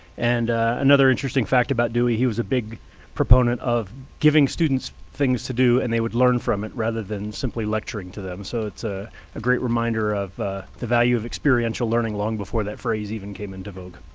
and another interesting fact about dewey. he was a big proponent of giving students things to do, and they would learn from it, rather than simply lecturing to them. so it's ah a great reminder of the value of experiential learning, long before that phrase, even came into vogue.